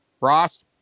Ross